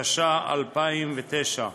התש"ע 2009,